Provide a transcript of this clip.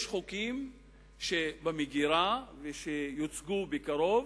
יש חוקים במגירה, ושיוצגו בקרוב,